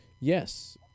Yes